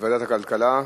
בוועדת הכלכלה.